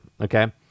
Okay